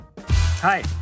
Hi